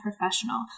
professional